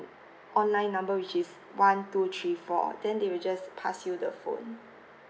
online number which is one two three four then they will just pass you the phone